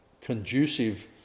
conducive